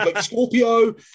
Scorpio